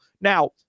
now